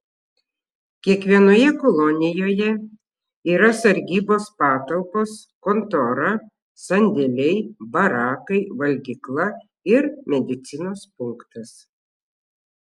kiekvienoje kolonijoje yra sargybos patalpos kontora sandėliai barakai valgykla ir medicinos punktas